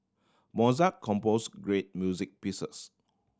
Mozart compose great music pieces